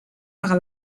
par